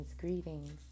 Greetings